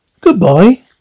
goodbye